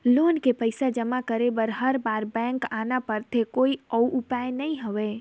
Loan के पईसा जमा करे बर हर बार बैंक आना पड़थे कोई अउ उपाय नइ हवय?